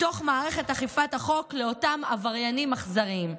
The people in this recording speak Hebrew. מתוך מערכת אכיפת החוק, לאותם עבריינים אכזריים.